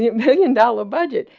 yeah billion dollar budget.